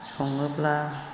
सङोब्ला